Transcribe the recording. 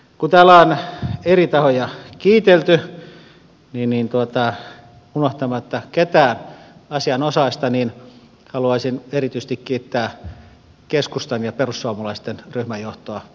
kun täällä on eri tahoja kiitelty niin unohtamatta ketään asianosaista haluaisin erityisesti kiittää keskustan ja perussuomalaisten ryhmän johtoa